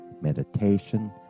meditation